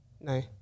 No